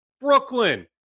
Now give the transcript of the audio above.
Brooklyn